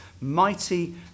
mighty